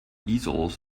easels